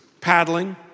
paddling